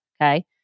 okay